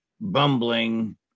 bumbling